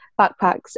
backpacks